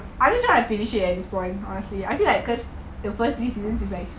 come on